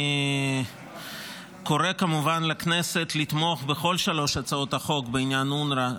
אני קורא כמובן לכנסת לתמוך בכל שלוש הצעות החוק בעניין אונר"א,